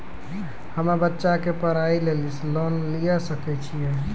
हम्मे बच्चा के पढ़ाई लेली लोन लिये सकय छियै?